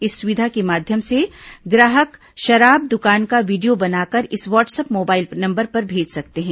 इस सुविधा के माध्यम से ग्राहक शराब दुकान का वीडियो बनाकर इस व्हाट्सअप मोबाइल नंबर पर भेज सकते हैं